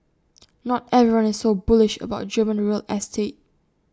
not everyone is so bullish about German real estate